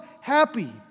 happy